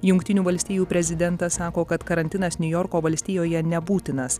jungtinių valstijų prezidentas sako kad karantinas niujorko valstijoje nebūtinas